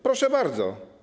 Proszę bardzo.